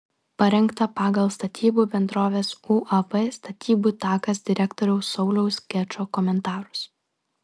parengta pagal statybų bendrovės uab statybų takas direktoriaus sauliaus gečo komentarus